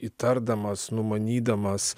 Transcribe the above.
įtardamas numanydamas